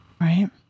Right